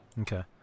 Okay